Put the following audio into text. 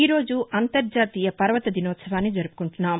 ఈరోజు అంతర్జాతీయ పర్వత దినోత్సవాన్ని జరుపుకుంటున్నాం